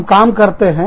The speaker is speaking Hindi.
हम काम करते हैं